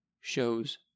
shows